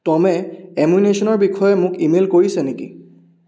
ট'মে এম্যুনেশ্যনৰ বিষয়ে মোক ইমেইল কৰিছে নেকি